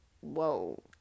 whoa